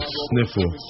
sniffle